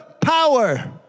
power